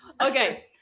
Okay